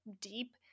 deep